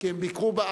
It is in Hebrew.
על מה הוא הצביע.